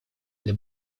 для